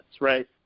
right